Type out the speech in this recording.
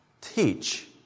teach